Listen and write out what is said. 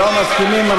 לא מסכימים.